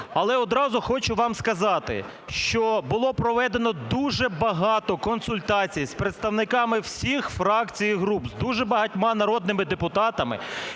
Але одразу хочу вам сказати, що було проведено дуже багато консультацій з представниками всіх фракцій і груп, з дуже багатьма народними депутатами.